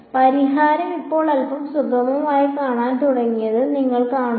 പരിഹാരം ഇപ്പോൾ അൽപ്പം സുഗമമായി കാണാൻ തുടങ്ങിയെന്ന് നിങ്ങൾ കാണുന്നു